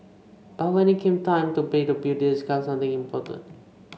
but when it came time to pay the bill they discovered something important